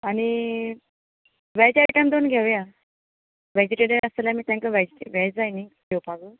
आनी वॅज आयटम दोन घेवया वॅजीटेरियन आसतलें तेंका वॅज वॅज जाय न्ही जेवपाक